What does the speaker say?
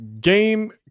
Game